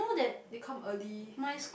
they come early